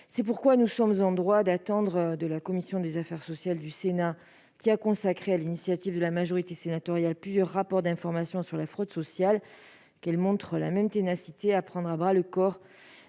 C'est pourquoi nous sommes en droit d'attendre de la commission des affaires sociales du Sénat, qui a consacré, sur l'initiative de la majorité sénatoriale, plusieurs rapports d'information à la fraude sociale, qu'elle montre la même ténacité à prendre à bras-le-corps